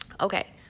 Okay